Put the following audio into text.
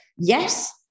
yes